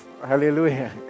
Hallelujah